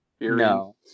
No